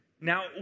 Now